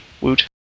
Woot